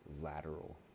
lateral